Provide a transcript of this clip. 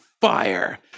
fire